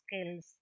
skills